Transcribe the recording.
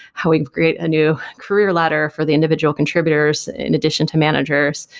how we create a new career ladder for the individual contributors in addition to managers,